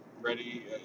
ready